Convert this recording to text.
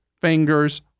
fingers